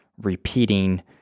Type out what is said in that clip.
repeating